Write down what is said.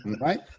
Right